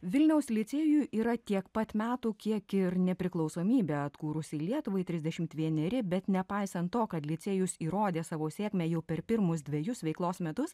vilniaus licėjuj yra tiek pat metų kiek ir nepriklausomybę atkūrusiai lietuvai trisdešimt vieneri bet nepaisant to kad licėjus įrodė savo sėkmę jau per pirmus dvejus veiklos metus